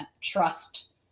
trust